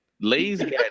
Lazy